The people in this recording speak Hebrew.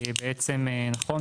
נכון,